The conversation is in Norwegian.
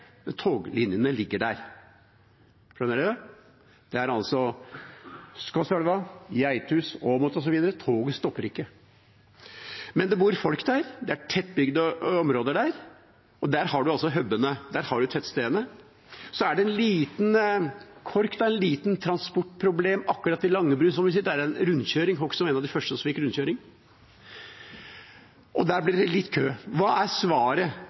men toglinjene ligger der. Det er Skotselv, Geithus, Åmot osv. Toget stopper ikke, men det bor folk der. Det er tettbygde områder. Der har vi hub-ene. Der har vi tettstedene. Så er det en liten kork, et lite transportproblem, akkurat i Langebru. Der er det en rundkjøring. Hokksund var en av de første som fikk rundkjøring. Der blir det litt kø. Hva er svaret?